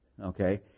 okay